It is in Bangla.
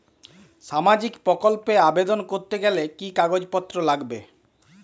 সামাজিক প্রকল্প এ আবেদন করতে গেলে কি কাগজ পত্র লাগবে?